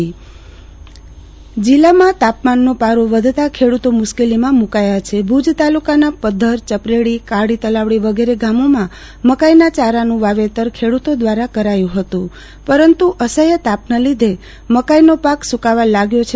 આરતી ભદ્દ અસહ્ તાપ પાકને નુકશાન જીલ્લામાં તાપમાનનો પારો વધતા ખેડૂતો મુશ્કેલીમાં મુકાયા છે ભુજ તાલુકાનાં પદ્વરચપરેડીકાળી તલાવડી વગેરે ગામોમાં મકાનનાં ચારાનું વાવેતર ખેડૂતો દ્વારા કરાયું હતું પરંતુ અસહ તાપના લીધે મકાઈનો પાક સુકાવા લાગ્યો છે